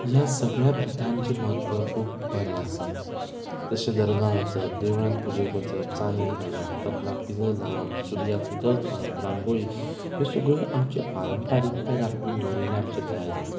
ह्या सगळ्या प्रथांचें म्हत्व खूब बरें आसा जशें दर्गान वचप देवळान पुजेक वचप जानवें घालप कपलाक पिंजर लावप सुर्याक उदक घालप रांगोळी ह्यो सगळ्यो आमचे पारंपारिकता राखून दवरिल्ले आमचें दायज आसा